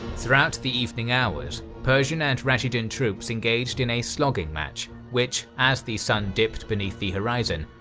throughout the evening hours, persian and rashidun troops engaged in a slogging match which, as the sun dipped beneath the horizon,